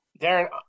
Darren